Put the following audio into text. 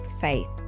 faith